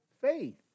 faith